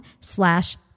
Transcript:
slash